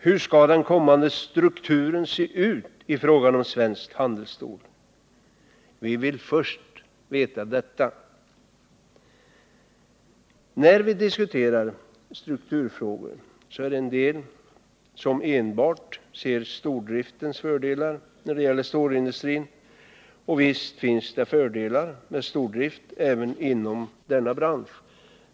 Hur skall den kommande strukturen se ut i fråga om svenskt handelsstål? Vi vill först veta detta. När vi diskuterar strukturfrågor är det en del som enbart ser stordriftens fördelar när det gäller stålindustrin. Visst finns det fördelar med stordrift även inom denna bransch.